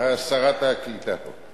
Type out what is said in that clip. שרת הקליטה פה.